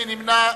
מי נמנע?